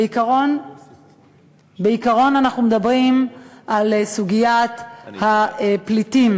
בעיקרון אנחנו מדברים על סוגיית הפליטים